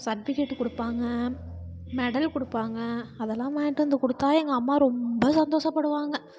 certificate கொடுப்பாங்க medal கொடுப்பாங்க அதெல்லாம் வாங்கிட்டு வந்து கொடுத்தா எங்கள் அம்மா ரொம்ப சந்தோஷப்படுவாங்க